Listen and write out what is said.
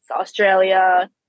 Australia